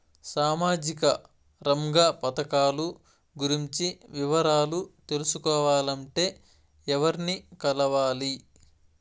సామాజిక రంగ పథకాలు గురించి వివరాలు తెలుసుకోవాలంటే ఎవర్ని కలవాలి?